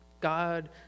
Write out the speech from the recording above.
God